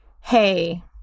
hey